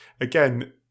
again